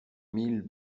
mille